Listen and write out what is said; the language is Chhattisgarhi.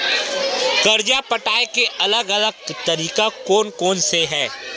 कर्जा पटाये के अलग अलग तरीका कोन कोन से हे?